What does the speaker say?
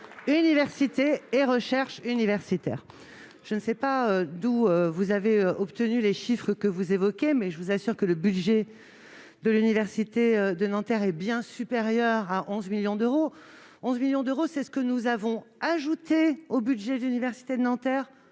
bien ... Monsieur le sénateur, je ne sais pas d'où vous tenez les chiffres que vous avancez, mais je vous assure que le budget de l'université de Nanterre est bien supérieur à 11 millions d'euros : 11 millions d'euros, c'est ce que nous avons ajouté au budget de l'université de Nanterre